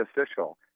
official